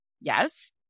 yes